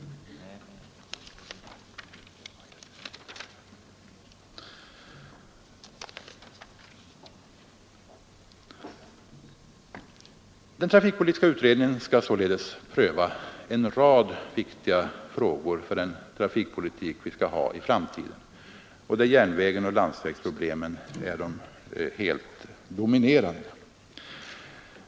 Den trafikpolitiska utredningen skall pröva en rad viktiga frågor för den trafikpolitik vi skall ha i framtiden och där järnvägen och landsvägsproblemen är de helt dominerande.